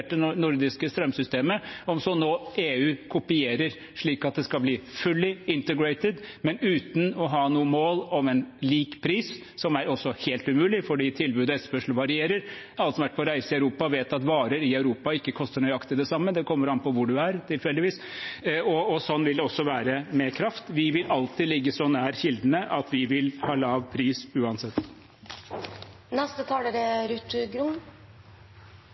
nordiske strømsystemet, som EU nå kopierer slik at det skal bli «fully integrated», men uten å ha noe mål om lik pris, som også er helt umulig fordi tilbud og etterspørsel varierer. Alle som har vært på reise i Europa, vet at varer i Europa ikke koster nøyaktig det samme. Det kommer an på hvor man tilfeldigvis er. Og slik vil det også være med kraft. Vi vil alltid ligge så nær kildene at vi vil ha lav pris uansett.